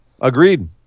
agreed